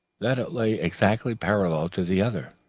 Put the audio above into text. that it lay exactly parallel to the other.